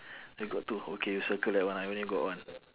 you got two okay you circle that one I only got one